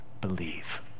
believe